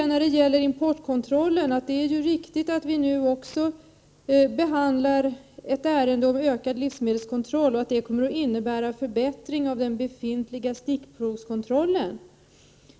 När det gäller importkontrollen vill jag säga att det är riktigt att vi nu också behandlar ett ärende om ökad livsmedelskontroll och att det kommer att innebära förbättring av den befintliga stickprovskontrollen.